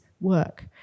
work